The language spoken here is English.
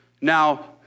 now